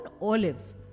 olives